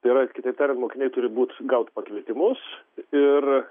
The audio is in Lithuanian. tai yra kitaip tariant mokiniai turi būt gaut pakvietimus ir